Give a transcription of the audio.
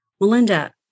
Melinda